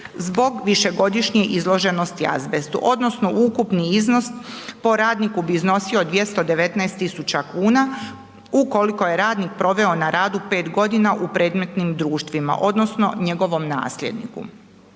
zbog višegodišnje izloženosti azbestu odnosno ukupni iznos po radniku bi iznosio 219.000 kuna ukoliko je radnik proveo na radu 5 godina u predmetnim društvima odnosno njegovom nasljedniku.